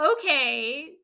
okay